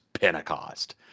Pentecost